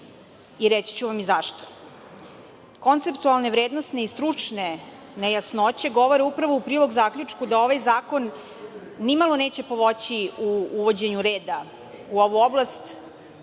i reći ću vam zašto. Konceptualni vrednosne i stručne nejasnoće govore upravo u prilog zaključku da ovaj zakon nimalo neće pomoći u uvođenju reda u ovu oblast.